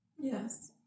Yes